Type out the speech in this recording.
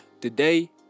Today